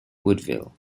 woodville